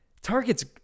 Target's